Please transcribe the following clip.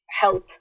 health